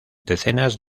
decenas